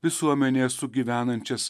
visuomenėje sugyvenančias